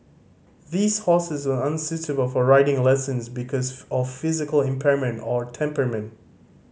these horses were unsuitable for riding lessons because of physical impairment or temperament